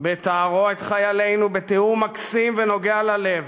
בתארו את חיילינו בתיאור מקסים, נוגע ללב